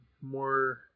more